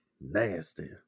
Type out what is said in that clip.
nasty